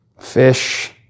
fish